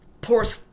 pours